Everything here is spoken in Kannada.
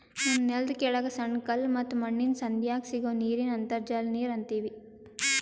ನಮ್ಮ್ ನೆಲ್ದ ಕೆಳಗ್ ಸಣ್ಣ ಕಲ್ಲ ಮತ್ತ್ ಮಣ್ಣಿನ್ ಸಂಧ್ಯಾಗ್ ಸಿಗೋ ನೀರಿಗ್ ಅಂತರ್ಜಲ ನೀರ್ ಅಂತೀವಿ